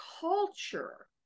culture